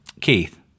Keith